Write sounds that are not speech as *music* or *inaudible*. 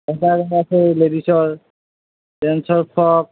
*unintelligible* আছে লেডিজৰ জেনচৰ ফগ